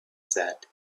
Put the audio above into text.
said